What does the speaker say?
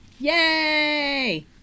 Yay